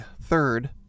third